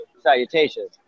Salutations